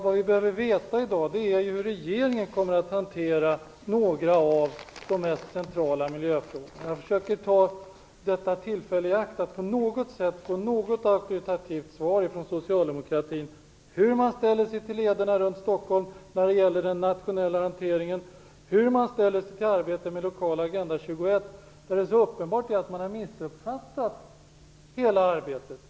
I dag behöver vi veta hur regeringen kommer att hantera några av de mest centrala miljöfrågorna. Jag försöker ta detta tillfälle i akt att på något sätt få ett auktoritativt svar från socialdemokraterna på hur de ställer sig till lederna runt Stockholm när det gäller den nationella hanteringen och hur de ställer sig till arbetet med lokala Agenda 21. Det är uppenbart att de har missuppfattat hela arbetet.